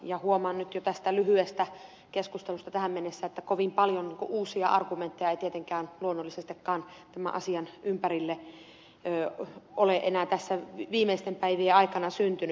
huomaan nyt jo tästä lyhyestä keskustelusta tähän mennessä että kovin paljon uusia argumentteja ei tietenkään luonnollisestikaan tämän asian ympärille ole enää tässä viimeisten päivien aikana syntynyt